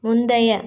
முந்தைய